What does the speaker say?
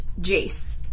Jace